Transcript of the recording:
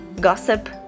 gossip